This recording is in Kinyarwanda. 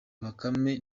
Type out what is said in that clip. bakame